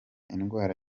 indwara